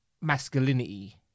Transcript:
masculinity